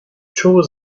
çoğu